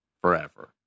forever